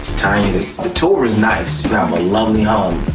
the tour is nice you have a lovely um